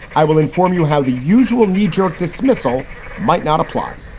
i will inform you have the usual knee jerk dismissal might not apply.